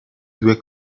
due